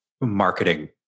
marketing